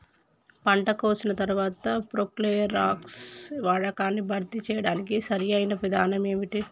పంట కోసిన తర్వాత ప్రోక్లోరాక్స్ వాడకాన్ని భర్తీ చేయడానికి సరియైన విధానం ఏమిటి?